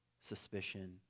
suspicion